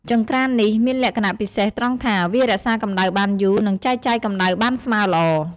ចង្ក្រាននេះមានលក្ខណៈពិសេសត្រង់ថា វារក្សាកម្ដៅបានយូរ និងចែកចាយកម្ដៅបានស្មើល្អ។